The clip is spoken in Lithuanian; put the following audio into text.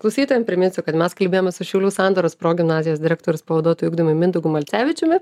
klausytojam priminsiu kad mes kalbėjomės su šiaulių sandoros progimnazijos direktoriaus pavaduotoju ugdymui mindaugu malcevičiumi